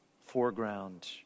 foreground